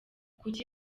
kuki